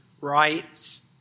rights